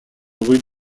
rues